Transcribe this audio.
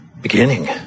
beginning